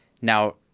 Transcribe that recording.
Now